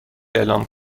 اعلام